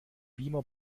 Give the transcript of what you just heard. beamer